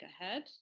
ahead